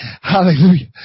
Hallelujah